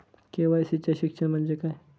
KYC चे शिक्षण म्हणजे काय?